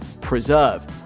preserve